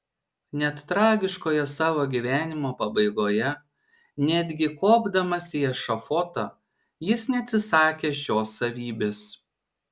net tragiškoje savo gyvenimo pabaigoje netgi kopdamas į ešafotą jis neatsisakė šios savybės